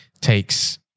takes